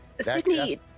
Sydney